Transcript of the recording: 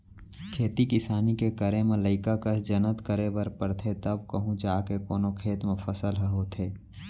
खेती किसानी के करे म लइका कस जनत करे बर परथे तव कहूँ जाके कोनो खेत म फसल ह होथे